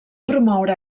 promoure